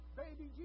baby